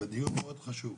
והדיון מאוד חשוב.